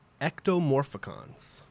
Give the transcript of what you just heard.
Ectomorphicons